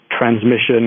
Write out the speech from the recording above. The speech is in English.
transmission